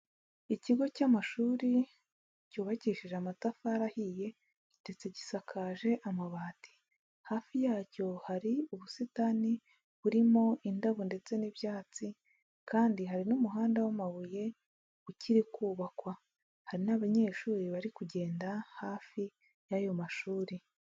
Ikigo cy'amashuri cyubakishije amatafari ahiye ndetse gisakaje amabati, hafi yacyo hari ubusitani burimo indabo ndetse n'ibyatsi kandi hari n'umuhanda w'amabuye ukiri kubakwa, hari n'abanyeshuri bari kugenda hafi y'ayo mashuri.